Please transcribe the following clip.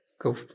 go